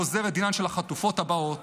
גוזר את דינן של החטופות הבאות,